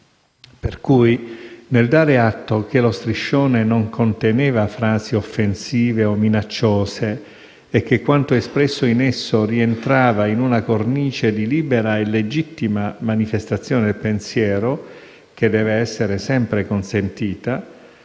Per cui, nel dare atto che lo striscione non conteneva frasi offensive o minacciose e che quanto espresso in esso rientrava in una cornice di libera e legittima manifestazione del pensiero, che deve essere sempre consentita,